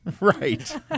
Right